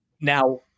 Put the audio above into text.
Now